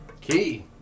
Key